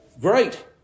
great